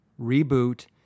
reboot